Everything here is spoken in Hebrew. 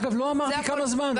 אגב, לא אמרתי כמה זמן.